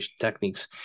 techniques